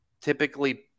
typically